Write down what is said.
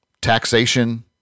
taxation